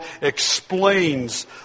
explains